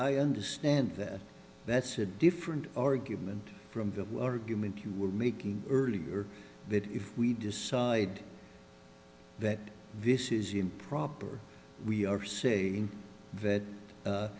understand that that's a different argument from you were making earlier that if we decide that this is improper we are say that